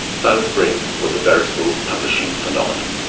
silent spring was a veritable publishing phenomenon.